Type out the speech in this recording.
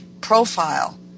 profile